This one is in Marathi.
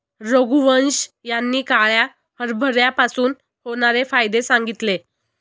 रघुवंश यांनी काळ्या हरभऱ्यापासून होणारे फायदे सांगितले